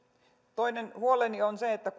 toinen huoleni on se että